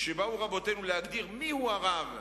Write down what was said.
וכשבאו רבותינו ז"ל להגדיר מיהו הרב,